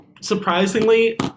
Surprisingly